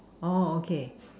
orh okay